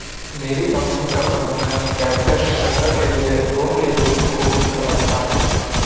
मेरी कंपनी का प्रबंधन कैपिटल स्ट्रक्चर के लिए लोन के जोखिम को भी समझता है